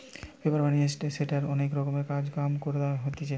paper বানিয়ে সেটার অনেক রকমের কাজ কাম করা হতিছে